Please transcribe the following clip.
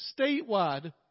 statewide